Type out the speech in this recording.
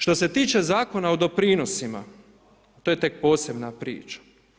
Što se tiče Zakona o doprinosima, to je tek posebna priča.